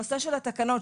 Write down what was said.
לגבי התקנות,